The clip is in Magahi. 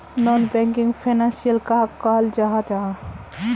नॉन बैंकिंग फैनांशियल कहाक कहाल जाहा जाहा?